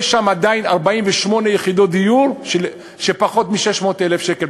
יש שם עדיין 48 יחידות דיור בפחות מ-600,000 שקל,